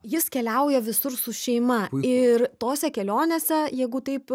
jis keliauja visur su šeima ir tose kelionėse jeigu taip